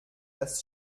das